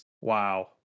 Wow